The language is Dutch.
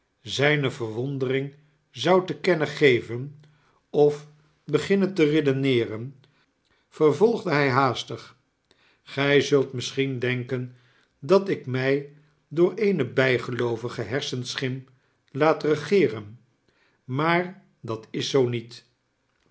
zijne verwondermg zou te kennengeven of beginnen te redeneeren vervolgde hij haastig gij zult misschien denken dat ik mij door eene bijgeloovige hersenschim laat regeeren maar dat is zoo niet